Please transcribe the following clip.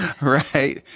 Right